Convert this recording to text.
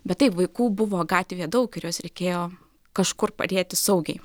bet taip vaikų buvo gatvėj daug ir juos reikėjo kažkur padėti saugiai